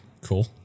cool